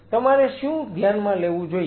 તમારે શું ધ્યાનમાં લેવું જોઈએ